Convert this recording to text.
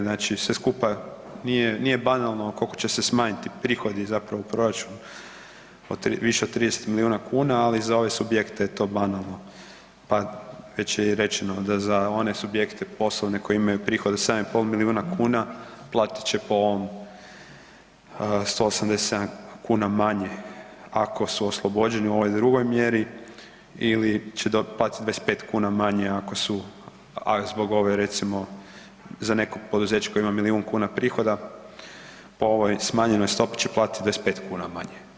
Znači sve skupa nije banalno koliko će se smanjiti prihodi zapravo u proračunu više od 30 milijuna kuna, ali za ove subjekte je to banalno, pa već je i rečeno da za one subjekte poslovne koji imaju prihode od 7 i pol milijuna kuna platit će po ovim 187 kuna manje ako su oslobođeni u ovoj drugoj mjeri ili će platiti 25 kuna manje ako su zbog ove recimo za neko poduzeće koje ima milijun kuna prihoda po ovoj smanjenoj stopi će platiti 25 kuna manje.